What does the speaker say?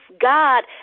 god